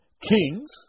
kings